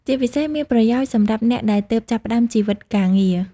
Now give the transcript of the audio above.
ជាពិសេសមានប្រយោជន៍សម្រាប់អ្នកដែលទើបចាប់ផ្ដើមជីវិតការងារ។